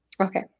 Okay